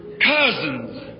cousins